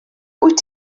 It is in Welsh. wyt